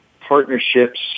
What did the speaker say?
partnerships